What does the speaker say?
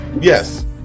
Yes